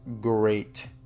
great